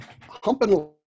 humping